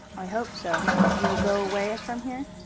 i hope so. you will go away from here?